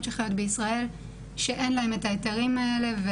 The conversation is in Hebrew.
שחיות בישראל שאין להן את ההיתרים האלה.